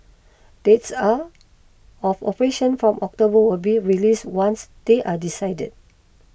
dates up of operation from October will be released once they are decided